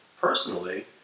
personally